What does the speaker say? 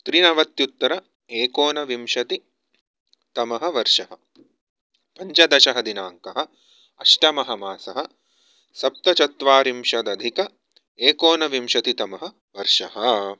त्रिनवत्युत्तर एकोनविंशतितमवर्षः पञ्चदशदिनाङ्कः अष्टममासः सप्तचत्वारिंशत्यधिकः एकोनविंशतितमवर्षः